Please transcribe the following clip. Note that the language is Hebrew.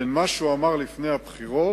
בין מה שהוא אמר לפני הבחירות